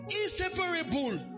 inseparable